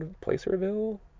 Placerville